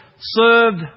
served